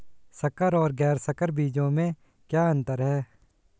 संकर और गैर संकर बीजों में क्या अंतर है?